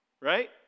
Right